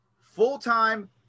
Full-time